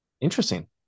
Interesting